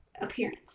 appearance